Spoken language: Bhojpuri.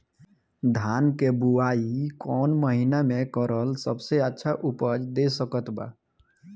धान के बुआई कौन महीना मे करल सबसे अच्छा उपज दे सकत बा?